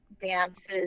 dances